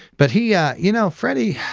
but he, yeah you know, freddie,